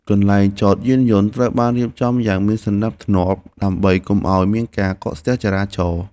កន្លែងចតយានយន្តត្រូវបានរៀបចំយ៉ាងមានសណ្តាប់ធ្នាប់ដើម្បីកុំឱ្យមានការកកស្ទះចរាចរណ៍។